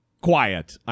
quiet